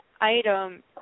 item